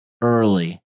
early